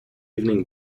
evening